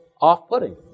off-putting